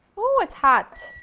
ooh, it's hot!